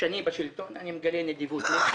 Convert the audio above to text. כשאני בשלטון אני מגלה נדיבות לב,